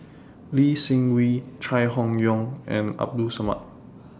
Lee Seng Wee Chai Hon Yoong and Abdul Samad